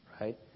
right